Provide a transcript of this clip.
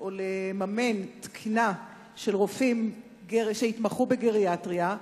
או לממן תקינה של רופאים שהתמחו בגריאטריה,